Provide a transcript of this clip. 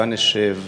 בה נשב,